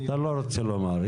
אתה לא רוצה לומר.